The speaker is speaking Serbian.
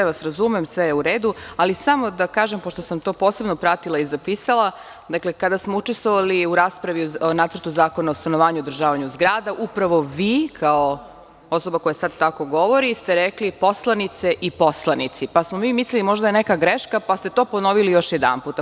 Sve vas razumem, sve je u redu, ali samo da kažem, pošto sam to posebno pratila i zapisala, dakle, kada smo učestvovali u raspravi o Nacrtu zakona o stanovanju i održavanju zgrada, upravo vi, kao osoba koja sada tako govori, ste rekli - poslanice i poslanici, pa smo mi možda mislili da je neka greška, pa ste to ponovili još jednom.